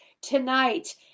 tonight